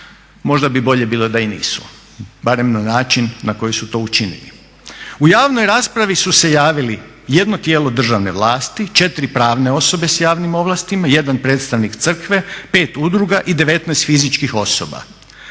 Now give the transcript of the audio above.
možda bi bolje bilo da i nisu. Barem na način na koji su to učinili. U javnoj raspravi su se javili jedno tijelo državne vlasti, 4 pravne osobe sa javnim ovlastima, jedan predstavnik crkve, 5 udruga i 19 fizičkih osoba.